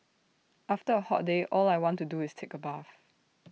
after A hot day all I want to do is take A bath